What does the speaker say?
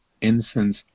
incense